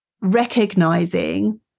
recognizing